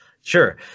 Sure